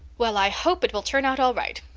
well, i hope it will turn out all right,